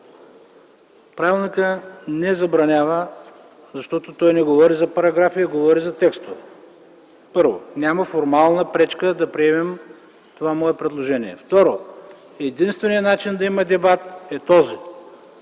Правилникът не забранява, защото той не говори за параграфи, а говори за текстове. Първо, няма формална пречка да приемем това мое предложение. Второ, единственият начин да има дебат е този,